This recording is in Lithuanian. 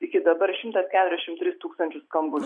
iki dabar šimtą keturiasdešim tris tūkstančius skambučių